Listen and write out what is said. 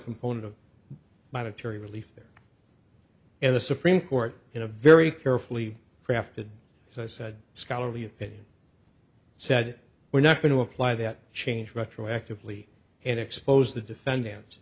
component of monetary relief there and the supreme court in a very carefully crafted as i said scholarly opinion said we're not going to apply that change retroactively and expose the defendant